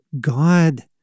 God